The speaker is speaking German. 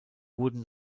wurden